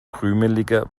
krümelige